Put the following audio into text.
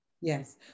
Yes